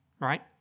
Right